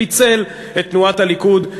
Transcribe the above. פיצל את תנועת הליכוד,